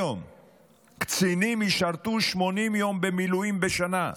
קצינים ישרתו במילואים 80 יום בשנה,